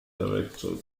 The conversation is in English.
director